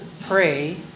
pray